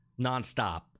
nonstop